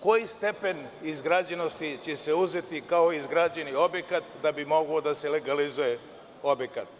Koji stepen izgrađenosti će se uzeti kao izgrađeni objekat da bi mogao da se legalizuje objekat?